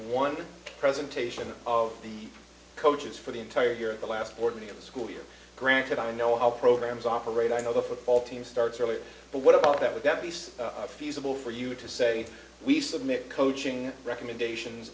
one presentation of the coaches for the entire year of the last fortnight of the school year granted i know how programs operate i know the football team starts early but what about that with that piece of fusible for you to say we submit coaching recommendations